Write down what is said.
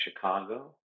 Chicago